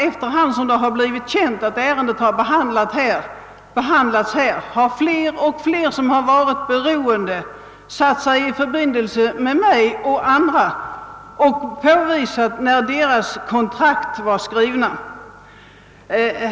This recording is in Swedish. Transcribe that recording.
Efter hand som det blir känt att ärendet har behandlats här i riksdagen har nämligen allt fler som berörts av saken satt sig i förbindelse med mig och andra riksdagsledamöter och påpekat när deras kontrakt var skrivna.